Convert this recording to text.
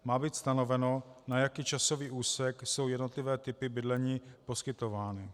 Má být stanoveno, na jaký časový úsek jsou jednotlivé typy bydlení poskytovány.